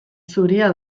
zuria